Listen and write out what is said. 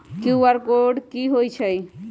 QR code कि हई छई?